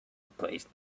replaced